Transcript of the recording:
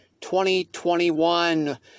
2021